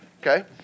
okay